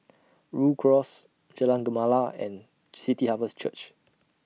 Rhu Cross Jalan Gemala and City Harvest Church